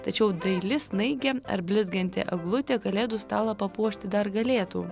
tačiau daili snaigė ar blizganti eglutė kalėdų stalą papuošti dar galėtų